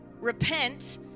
repent